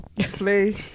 play